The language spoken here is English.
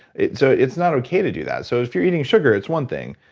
it's so it's not okay to do that. so if you're eating sugar it's one thing,